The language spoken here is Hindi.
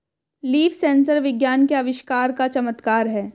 लीफ सेंसर विज्ञान के आविष्कार का चमत्कार है